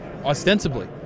ostensibly